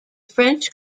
french